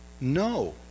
No